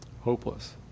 hopeless